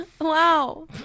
Wow